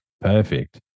Perfect